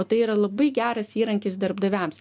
o tai yra labai geras įrankis darbdaviams